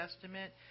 Testament